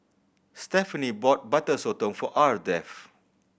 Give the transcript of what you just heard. Stephenie bought Butter Sotong for Ardeth